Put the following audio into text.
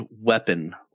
weapon